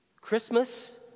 Christmas